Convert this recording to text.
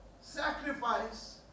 sacrifice